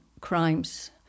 crimes